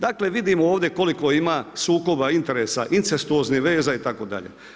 Dakle vidimo ovdje koliko ima sukoba interesa, incestuoznih veza itd.